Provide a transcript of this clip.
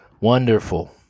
wonderful